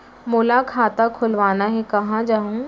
मोला खाता खोलवाना हे, कहाँ जाहूँ?